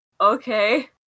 Okay